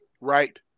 right